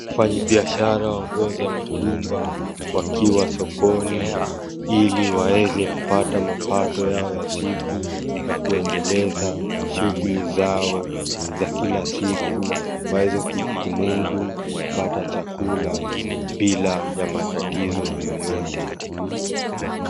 Mfanyi biashara wa nguo za mitumba, wakiwa sokoni iliwaweze kupata mapato yao ya siku na kuendeleza shughuli zao za kila siku waweze kumudu kupata chakula bila ya matatizo yoyote.